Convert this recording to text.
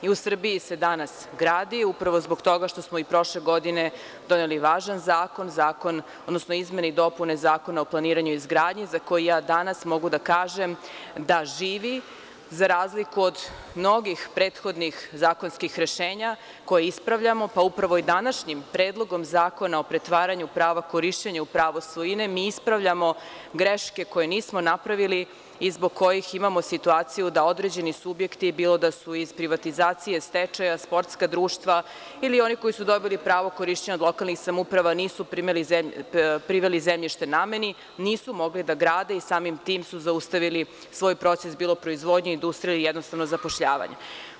I u Srbiji se danas gradi upravo zbog toga što smo i prošle godine doneli važan zakon, odnosno izmene i dopune Zakona o planiranju i izgradnji za koji ja danas mogu da kažem da živi, za razliku od drugih prethodnih zakonskih rešenja koje ispravljamo, pa upravo i današnjim predlogom Zakona o pretvaranju prava korišćenja u pravo svojine mi ispravljamo greške koje nismo napravili i zbog kojih imamo situaciju da određeni subjekti, bilo da su iz privatizacije, stečaja, sportska društva, ili oni koji su dobili pravo korišćenja od lokalnih samouprava, nisu priveli zemljište nameni, nisu mogli da grade i samim tim su zaustavili svoj proces bilo proizvodnje, industrije, jednostavno zapošljavanja.